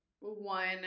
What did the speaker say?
one